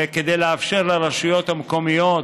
זה כדי לאפשר לרשויות המקומיות